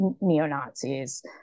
neo-nazis